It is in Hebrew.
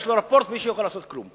ויש לו רפורט בלי שהוא יכול לעשות כלום.